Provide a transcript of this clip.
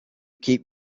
keep